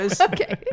Okay